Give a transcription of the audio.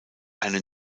eine